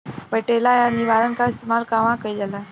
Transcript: पटेला या निरावन का इस्तेमाल कहवा कइल जाला?